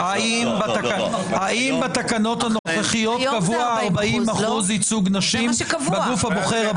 האם בתקנות הנוכחיות קבוע 40% ייצוג לנשים בגוף הבוחר?